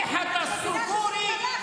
(" הם לא יעקפו את הסוסים במרוצי השדות.